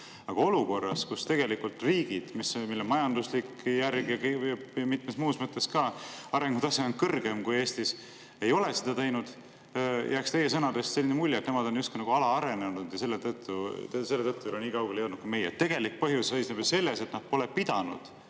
Aga olukorras, kus riigid, mille majanduslik järg ja mitmes mõttes ka muu arengutase on kõrgem kui Eestis, ei ole seda teinud, jääb teie sõnadest selline mulje, et nemad on justkui alaarenenud ja selle tõttu ei ole nii kaugele jõudnud kui meie. Tegelik põhjus seisneb ju selles, et nad pole pidanud